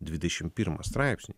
dvidešim pirmą straipsnį